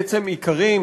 בעצם עיקרי,